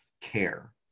care